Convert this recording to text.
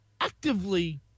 actively